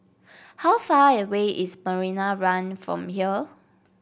how far away is Marina One from here